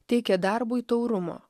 teikė darbui taurumo